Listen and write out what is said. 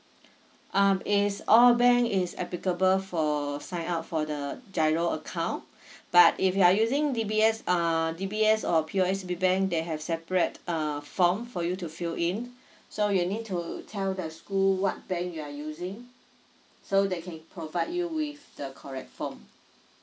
um is all bank is applicable for sign up for the giro account but if you are using D_B_S err D_B_S or P_O_S_B bank they have separate err form for you to fill in so you need to tell the school what bank you are using so they can provide you with the correct form